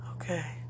Okay